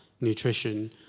nutrition